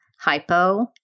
hypo